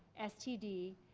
std,